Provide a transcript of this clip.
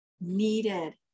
needed